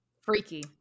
Freaky